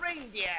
reindeer